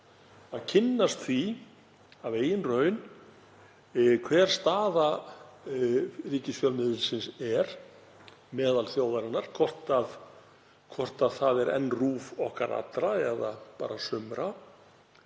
að kynnast því af eigin raun hver staða ríkisfjölmiðilsins er meðal þjóðarinnar, hvort það er enn RÚV okkar allra eða bara sumra.